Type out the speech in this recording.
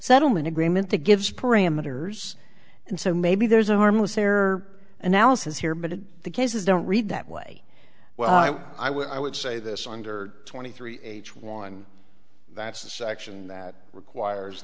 settlement agreement that gives parameters and so maybe there's a harmless error analysis here but if the cases don't read that way well i would i would say this under twenty three h one that's the section that requires